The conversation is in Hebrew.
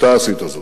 אתה עשית זאת.